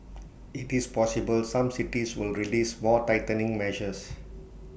IT is possible some cities will release more tightening measures